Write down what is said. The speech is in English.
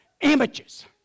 Images